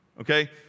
Okay